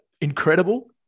incredible